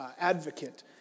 advocate